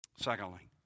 Secondly